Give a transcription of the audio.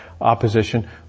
opposition